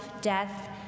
death